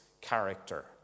character